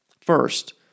First